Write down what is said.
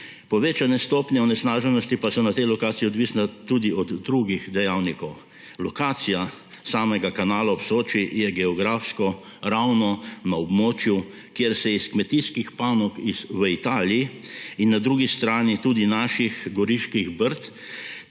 Povečane stopnje onesnaženosti pa so na tej lokaciji odvisne tudi od drugih dejavnikov. Lokacija samega Kanala ob Soči je geografsko ravno na območju, kjer se zaradi kmetijskih panog v Italiji in na drugi strani tudi naših Goriških brd